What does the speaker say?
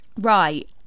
right